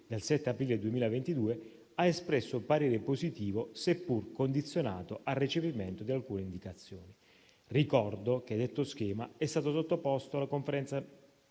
del 7 aprile 2022, ha espresso parere positivo, seppur condizionato al recepimento di alcune indicazioni. Ricordo che detto schema è stato sottoposto alla Conferenza